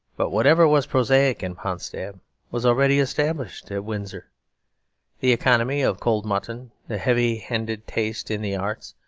but whatever was prosaic in potsdam was already established at windsor the economy of cold mutton, the heavy-handed taste in the arts,